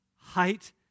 height